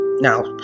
Now